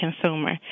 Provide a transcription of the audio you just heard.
consumer